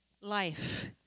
life